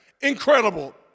Incredible